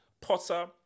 Potter